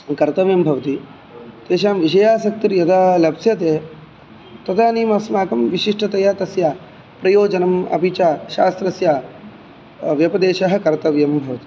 कर्तव्यं भवति तेषां विषयासक्तिर्यदा लप्स्यते तदानीमस्माकं विशिष्टतया तस्य प्रयोजनम् अपि च शास्त्रस्य व्यपदेशः कर्तव्यं भवति